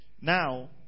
Now